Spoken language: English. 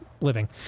living